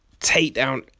takedown